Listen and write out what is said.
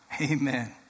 Amen